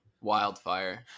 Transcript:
wildfire